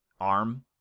arm